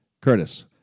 Curtis